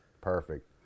perfect